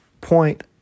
point